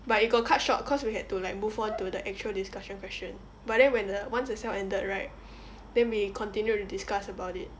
but it got cut short cause we had to like move on to the actual discussion question but then when the once the cell ended right then we continued to discuss about it